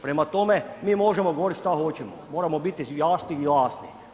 Prema tome, mi možemo govoriti šta hoćemo, moramo biti jasni i glasni.